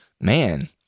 man